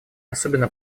особенно